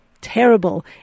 terrible